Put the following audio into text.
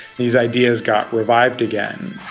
these ideas got revived again.